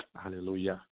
Hallelujah